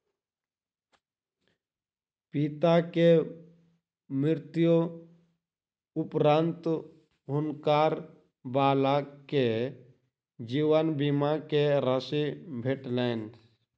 पिता के मृत्यु उपरान्त हुनकर बालक के जीवन बीमा के राशि भेटलैन